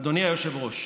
אדוני היושב-ראש,